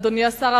אדוני השר,